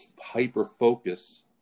hyper-focus